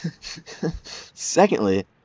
Secondly